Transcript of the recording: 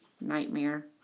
nightmare